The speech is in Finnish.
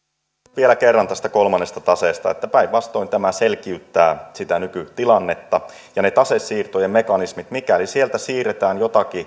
vielä kerran tästä kolmannesta taseesta päinvastoin tämä selkiyttää sitä nykytilannetta ja mitä tulee niihin tasesiirtojen mekanismeihin mikäli sieltä siirretään joitakin